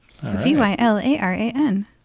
V-Y-L-A-R-A-N